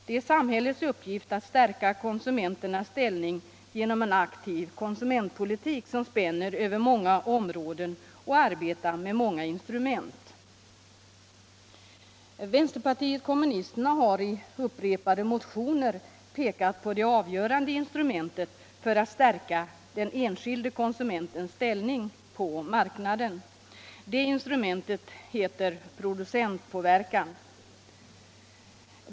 Det är samhällets uppgift att stärka konsumenternas ställning genom en aktiv konsumentpolitik, som spänner över många områden och arbetar med många instrument.” Vänsterpartiet kommunisterna har i upprepade motioner pekat på det avgörande instrumentet för att stärka den enskilde konsumentens ställning på marknaden. Det instrumentet heter producentpåverkan.